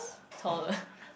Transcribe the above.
tall